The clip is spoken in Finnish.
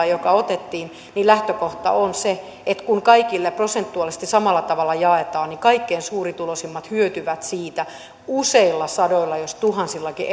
joka otettiin lähtökohta on se että kun kaikille prosentuaalisesti samalla tavalla jaetaan niin kaikkein suurituloisimmat hyötyvät siitä useilla sadoilla jos ei tuhansillakin